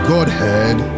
Godhead